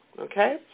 okay